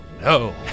no